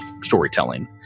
storytelling